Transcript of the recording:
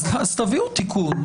תביאו תיקון,